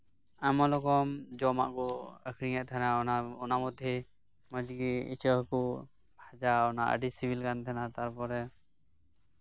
ᱟᱭᱢᱟ ᱨᱚᱠᱚᱢ ᱡᱚᱢᱟᱜ ᱠᱚ ᱟᱹᱠᱷᱨᱤᱧᱮᱫ ᱛᱟᱦᱮᱸᱱᱟ ᱚᱱᱟ ᱢᱚᱫᱽ ᱨᱮ ᱢᱚᱸᱡᱽ ᱜᱮ ᱤᱪᱟᱹᱜ ᱦᱟᱠᱩ ᱦᱟᱛᱟᱣ ᱮᱱᱟ ᱟᱹᱰᱤ ᱥᱤᱵᱤᱞ ᱜᱮ ᱟᱹᱭᱠᱟᱹᱜ ᱠᱟᱱ ᱛᱟᱦᱮᱸᱱᱟ